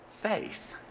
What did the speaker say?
faith